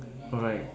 alright